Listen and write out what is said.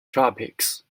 tropics